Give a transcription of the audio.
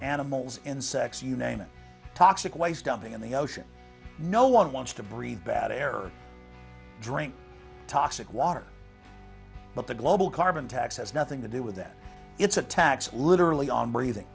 animals insects you name it toxic waste dump in the ocean no one wants to breathe bad air or drink toxic water but the global carbon tax has nothing to do with that it's a tax literally on breathing